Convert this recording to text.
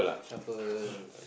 shuffle